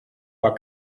war